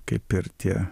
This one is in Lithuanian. kaip ir tie